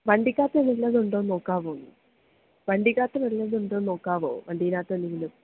വണ്ടിക്കകത്ത് വല്ലതും ഉണ്ടോ എന്ന് നോക്കാവോ വണ്ടിക്കകത്ത് വല്ലതും ഉണ്ടോ എന്ന് നോക്കാവോ വണ്ടിക്കകത്ത് എന്തെങ്കിലും